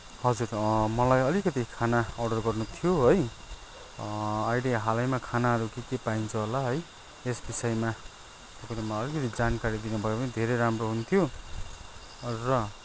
हजुर मलाई अलिकति खाना अर्डर गर्नु थियो है अहिले हालैमा खानाहरू के के पाइन्छ होला है यस विषयमा तपाईँले मलाई अलिकति जानकारी दिनुभयो भने धेरै राम्रो हुन्थ्यो र